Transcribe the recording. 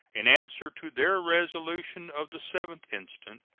in answer to their resolution of the fifth instant,